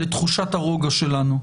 לתחושת הרוגע שלנו.